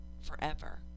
forever